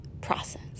process